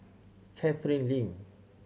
Catherine Lim